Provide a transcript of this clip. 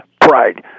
Pride